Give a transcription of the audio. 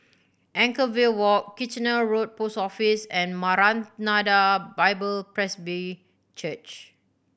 Anchorvale Walk Kitchener Road Post Office and Maranatha Bible Presby Church